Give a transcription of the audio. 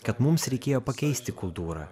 kad mums reikėjo pakeisti kultūrą